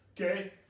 Okay